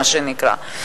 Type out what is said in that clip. מה שנקרא.